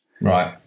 right